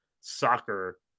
soccer